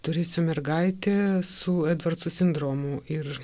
turėsiu mergaitę su edvardso sindromu ir